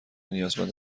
نیازمند